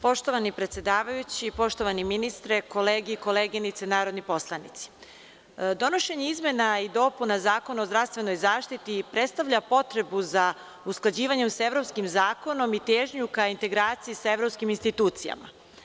Poštovani predsedavajući, poštovani ministre, kolege i koleginice narodni poslanici, donošenje izmena i dopuna Zakona o zdravstvenoj zaštiti predstavlja potrebu za usklađivanjem sa evropskim zakonom i težnju ka integraciji sa evropskim institucijama.